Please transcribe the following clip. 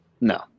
no